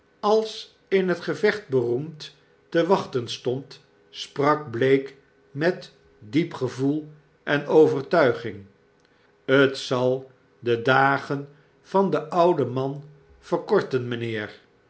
als in het gevecht beroemd te wachten stond sprak blake met diep gevoel en overtuiging t zal de dagen van den ouden man verkorten mpheer